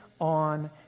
on